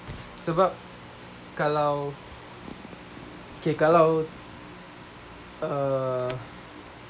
sebab kalau kalau err